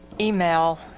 email